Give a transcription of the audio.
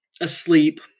asleep